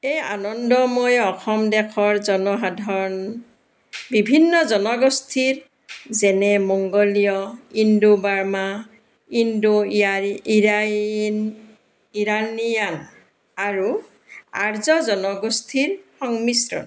এই আনন্দময় অসম দেশৰ জনসাধাৰণ বিভিন্ন জনগোষ্ঠীৰ যেনে মংগোলীয় ইন্দো বাৰ্মা ইন্দো ইয়াৰি ইৰাইন ইৰাণীয়ান আৰু আৰ্য জনগোষ্ঠীৰ সংমিশ্ৰণ